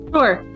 Sure